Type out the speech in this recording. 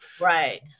right